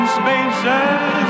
spaces